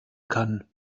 kann